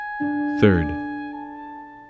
Third